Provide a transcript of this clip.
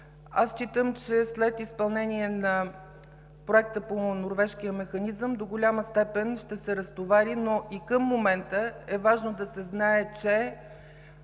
Считам, че след изпълнение на Проекта по Норвежкия механизъм до голяма степен ще се разтовари, но и към момента е важно да се знае, че